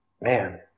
man